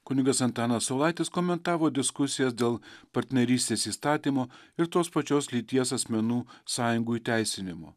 kunigas antanas saulaitis komentavo diskusiją dėl partnerystės įstatymo ir tos pačios lyties asmenų sąjungų įteisinimo